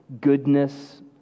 goodness